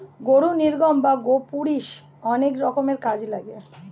গরুর নির্গমন বা গোপুরীষ অনেক রকম কাজে লাগে